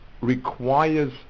requires